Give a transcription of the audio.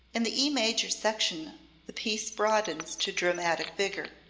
in the e major section the piece broadens to dramatic vigor.